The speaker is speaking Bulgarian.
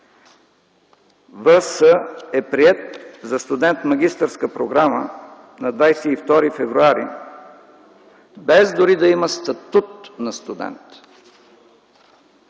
В.С. е приет за студент „магистърска програма” на 22 февруари, без дори да има статут на студент.